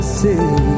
say